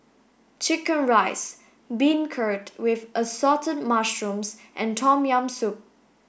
chicken rice beancurd with assorted mushrooms and tom yam soup